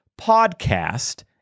PODCAST